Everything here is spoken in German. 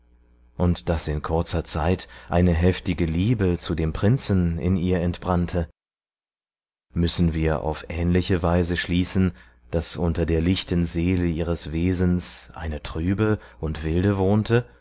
und daß in kurzer zeit eine heftige liebe zu dem prinzen in ihr entbrannte müssen wir auf ähnliche weise schließen daß unter der lichten seele ihres wesens eine trübe und wilde wohnte